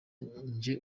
nje